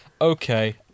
Okay